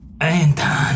Anton